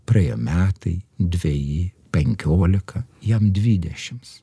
praėjo metai dveji penkiolika jam dvidešims